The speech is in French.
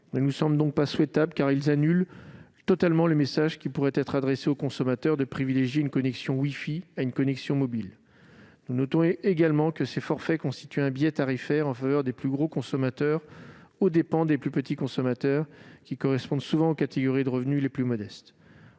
ne nous semblent donc pas souhaitables, car ils annulent le message qui pourrait être adressé au consommateur visant à privilégier une connexion wifi à une connexion mobile. Nous notons également que ces forfaits constituent un biais tarifaire en faveur des plus gros consommateurs aux dépens des plus petits, qui correspondent souvent aux catégories de revenus les plus modestes.